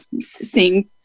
seeing